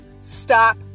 Stop